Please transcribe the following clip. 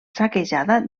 saquejada